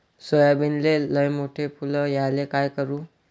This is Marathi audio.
सोयाबीनले लयमोठे फुल यायले काय करू?